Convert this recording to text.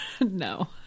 no